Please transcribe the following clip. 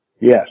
Yes